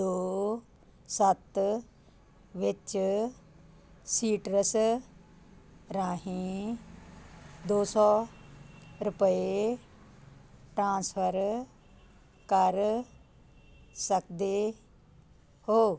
ਦੋ ਸੱਤ ਵਿੱਚ ਸੀਟਰਸ ਰਾਹੀਂ ਦੋ ਸੋ ਰੁਪਏ ਟ੍ਰਾਂਸਫਰ ਕਰ ਸਕਦੇ ਹੋ